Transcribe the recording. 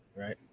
Right